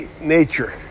nature